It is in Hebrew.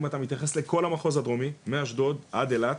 אם אתה מתייחס לכל המחוז הדרומי - מאשדוד עד אילת,